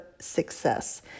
success